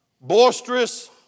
boisterous